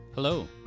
Hello